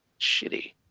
shitty